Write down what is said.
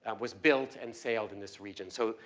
um was built and sailed in this region. so,